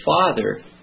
father